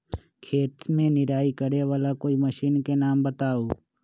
खेत मे निराई करे वाला कोई मशीन के नाम बताऊ?